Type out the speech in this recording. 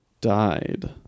died